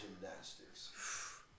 gymnastics